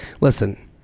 listen